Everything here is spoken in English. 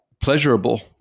pleasurable